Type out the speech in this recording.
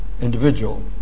individual